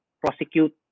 prosecute